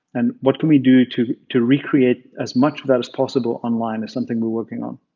and what can we do to to recreate as much of that as possible online is something we're working on.